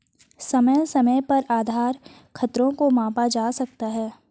समय समय पर आधार खतरों को मापा जा सकता है